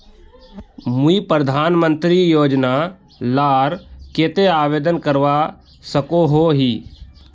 मुई प्रधानमंत्री योजना लार केते आवेदन करवा सकोहो ही?